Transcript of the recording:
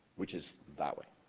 which is that we.